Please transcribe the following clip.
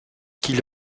qu’il